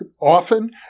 often